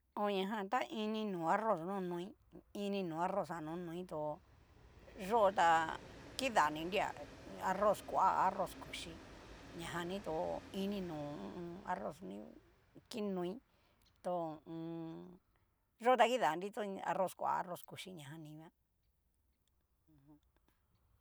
On ñajan ta ini no arroz no noi, ini no arroz jan nonoi tó yó ta kidaninria, arroz koa a arroz kuchí, ñajan ni tó iin ni no ho o on. arroz kinoi tó ho o on. yó kiada nri to ña arroz koa arroz kuchii ñajanni juan hu u un.